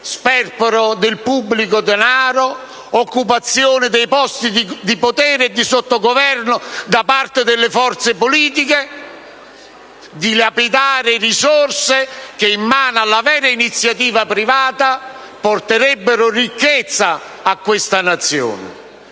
sperpero del pubblico denaro, occupazione di posti di potere e di sottogoverno da parte delle forze politiche, dilapidando risorse che in mano alla vera iniziativa privata porterebbero ricchezza a questa Nazione.